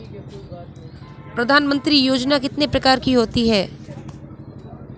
प्रधानमंत्री योजना कितने प्रकार की होती है?